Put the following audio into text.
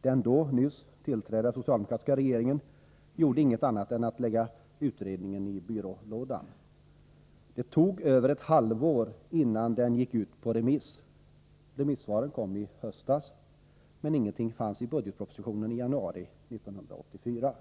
Den då nyss tillträdda socialdemokratiska regeringen gjorde inget annat än att lägga utredningen i byrålådan. Det tog över ett halvår, innan utredningens betänkande gick ut på remiss. Remissvaren kom i höstas, men ingenting fanns i budgetpropositionen i januari 1984.